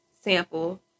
sample